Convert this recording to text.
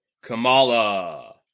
Kamala